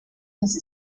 has